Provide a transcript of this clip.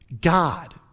God